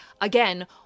Again